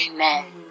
Amen